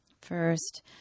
First